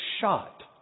shot